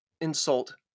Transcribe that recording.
insult